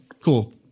cool